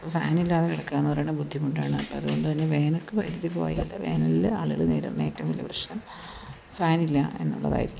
അപ്പം ഫാനില്ലാതെ കിടക്കുക എന്നു പറയുന്നത് ബുദ്ധിമുട്ടാണ് അപ്പം അതുകൊണ്ട് തന്നെ വേനലിൽ വൈദ്യുതി പോയാൽ വേനലിൽ ആളുകൾ നേരിടുന്ന ഏറ്റവും വലിയ പ്രശ്നം ഫാൻ ഇല്ല എന്നുള്ളതായിരിക്കും